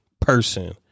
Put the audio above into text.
person